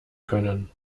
können